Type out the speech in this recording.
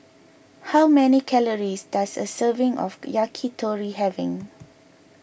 how many calories does a serving of Yakitori having